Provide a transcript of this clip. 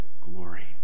glory